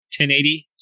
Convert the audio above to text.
1080